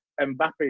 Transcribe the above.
Mbappe